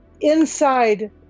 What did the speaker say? inside